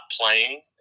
playing